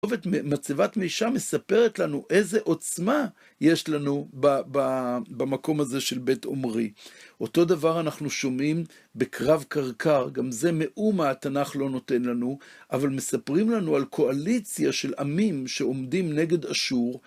מצבת מישע מספרת לנו איזה עוצמה יש לנו במקום הזה של בית עומרי. אותו דבר אנחנו שומעים בקרב קרקר, גם זה מאומה התנ״ך לא נותן לנו, אבל מספרים לנו על קואליציה של עמים שעומדים נגד אשור.